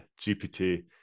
gpt